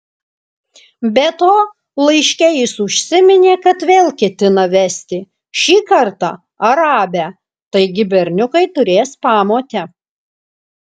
be to laiške jis užsiminė kad vėl ketina vesti šį kartą arabę taigi berniukai turės pamotę